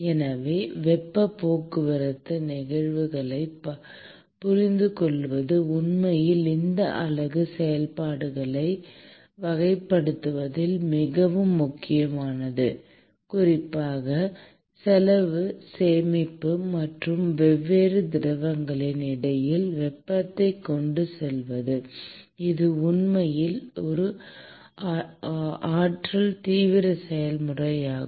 எனவே வெப்பப் போக்குவரத்து நிகழ்வுகளைப் புரிந்துகொள்வது உண்மையில் இந்த அலகு செயல்பாடுகளை வகைப்படுத்துவதில் மிகவும் முக்கியமானது குறிப்பாக செலவு சேமிப்பு மற்றும் வெவ்வேறு திரவங்களுக்கு இடையில் வெப்பத்தை கொண்டு செல்வது இது உண்மையில் ஒரு ஆற்றல் தீவிர செயல்முறையாகும்